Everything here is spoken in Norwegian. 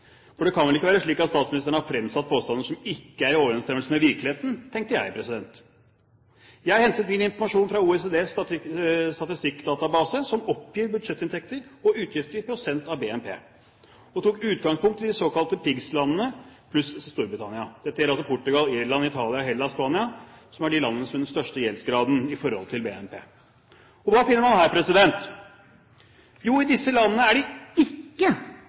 for det kan vel ikke være slik at statsministeren har fremsatt påstander som ikke er i overensstemmelse med virkeligheten, tenkte jeg. Jeg hentet min informasjon fra OECDs statistikkdatabase, som oppgir budsjettinntekter og utgifter i prosent av BNP, og jeg tok utgangspunkt i de såkalte pigslandene pluss Storbritannia. Dette gjelder altså Portugal, Irland, Italia, Hellas og Spania, som er de landene med den største gjeldsgraden i forhold til BNP. Hva finner man her? Jo, i disse landene er det ikke